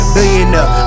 Billionaire